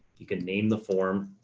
you can name the form.